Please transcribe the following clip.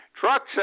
Trucks